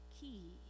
key